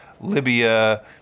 Libya